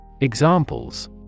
Examples